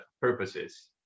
purposes